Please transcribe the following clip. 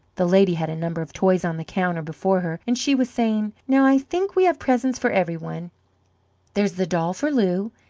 the lady had a number of toys on the counter before her, and she was saying now i think we have presents for every one there's the doll for lou,